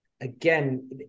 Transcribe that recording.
again